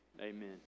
Amen